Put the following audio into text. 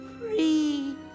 free